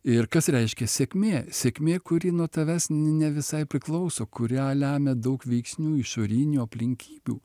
ir kas reiškia sėkmė sėkmė kuri nuo tavęs ne visai priklauso kurią lemia daug veiksnių išorinių aplinkybių